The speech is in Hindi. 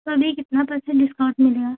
तो अभी कितना पर्सेंट डिस्काउंट मिलेगा